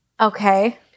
okay